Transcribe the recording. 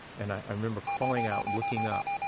and i remember crawling out and looking up,